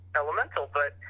elemental—but